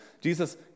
Jesus